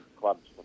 clubs